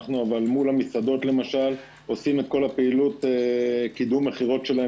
אנחנו מול המסעדות אבל עושים את כל פעילות קידום המכירות שלהם